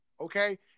okay